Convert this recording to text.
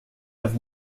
have